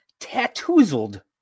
Tattoozled